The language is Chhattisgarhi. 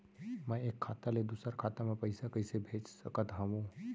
मैं एक खाता ले दूसर खाता मा पइसा कइसे भेज सकत हओं?